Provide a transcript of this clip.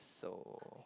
so